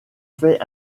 fait